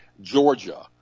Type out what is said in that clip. Georgia